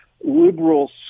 liberal